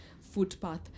footpath